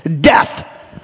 Death